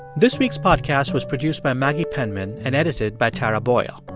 this week's podcast was produced by maggie penman and edited by tara boyle.